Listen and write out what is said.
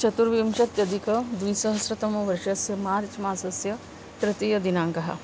चतुर्विंशत्यधिकद्विसहस्रतमवर्षस्य मार्च्मासस्य तृतीयदिनाङ्कः